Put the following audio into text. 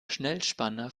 schnellspanner